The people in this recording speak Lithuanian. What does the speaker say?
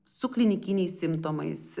su klinikiniais simptomais